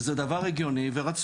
זה דבר שהוא סך הכל הגיוני ורצוי.